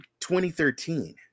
2013